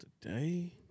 today